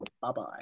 Bye-bye